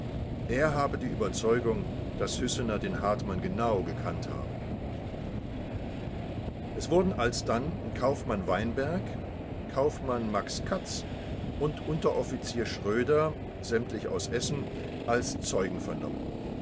er habe die überzeugung daß hüssener den hartmann genau gekannt habe es wurden alsdann kaufmann weinberg kaufmann max katz und unteroffizier schröder sämtlich aus essen als zeugen vernommen